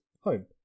home